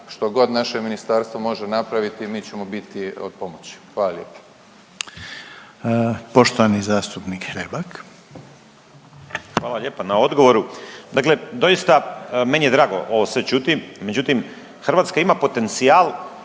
štogod naše ministarstvo može napraviti mi ćemo biti od pomoći. Hvala lijepa. **Reiner, Željko (HDZ)** Poštovani zastupnik Hrebak. **Hrebak, Dario (HSLS)** Hvala lijepa na odgovoru. Dakle, doista meni je drago ovo sve čuti, međutim Hrvatska ima potencijal